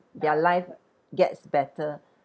their life gets better